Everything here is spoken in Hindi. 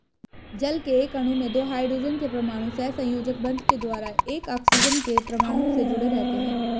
जल के एक अणु में दो हाइड्रोजन के परमाणु सहसंयोजक बंध के द्वारा एक ऑक्सीजन के परमाणु से जुडे़ रहते हैं